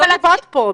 את לא לבד פה.